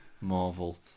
Marvel